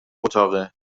اتاقه